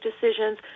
decisions